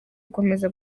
gukomeza